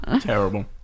Terrible